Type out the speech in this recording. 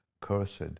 cursed